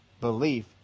belief